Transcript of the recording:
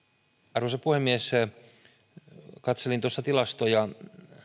arvoisa puhemies katselin tuossa tilastoja